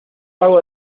vago